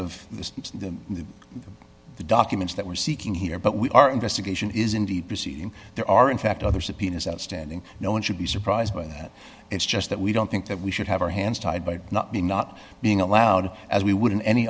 of the documents that we're seeking here but we our investigation is indeed proceeding there are in fact other subpoenas outstanding no one should be surprised by that it's just that we don't think that we should have our hands tied by not being not being allowed as we would any